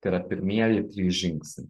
tai yra pirmieji trys žingsniai